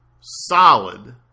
solid